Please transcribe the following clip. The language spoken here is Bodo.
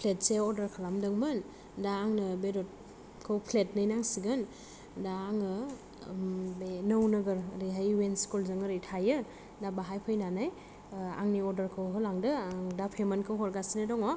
फ्लेटसे अर्डार खालामदोंमोन दा आंनो बेदरखौ फ्लेटनै नांसिगोन दा आङो बे नौनोगोर ओरैहाय इउ एन स्कुलजों ओरै थायो दा बाहाय फैनानै आंनो होलांदो आं दा पेमेनखौ हरगासिनो दङ